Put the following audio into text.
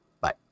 Bye